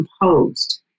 composed